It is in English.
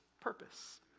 purpose